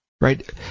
Right